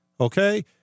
Okay